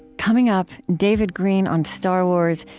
coming up, david greene on star wars,